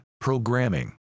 programming